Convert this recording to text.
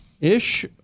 Ish